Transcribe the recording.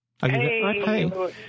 Hey